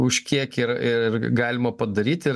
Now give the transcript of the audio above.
už kiek ir ir galima padaryt ir